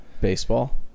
Baseball